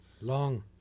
Long